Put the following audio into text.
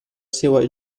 seua